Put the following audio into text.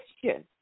question